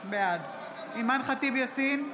בעד אימאן ח'טיב יאסין,